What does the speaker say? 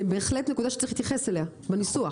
בהחלט נקודה שצריך להתייחס אליה בניסוח.